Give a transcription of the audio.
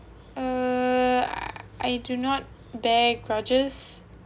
uh I do not bear grudges